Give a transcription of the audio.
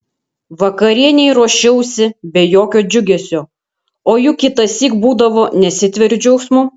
vakarienei ruošiausi be jokio džiugesio o juk kitąsyk būdavo nesitveriu džiaugsmu